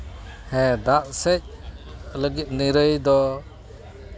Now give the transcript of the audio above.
ᱦᱮᱸ ᱫᱟᱜ ᱥᱮᱡ ᱞᱟᱹᱜᱤᱫ ᱱᱤᱨᱟᱹᱭ ᱫᱚ